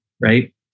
right